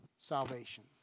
salvation